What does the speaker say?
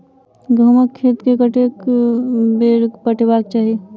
गहुंमक खेत केँ कतेक बेर पटेबाक चाहि?